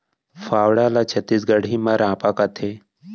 फावड़ा ल छत्तीसगढ़ी म रॉंपा कथें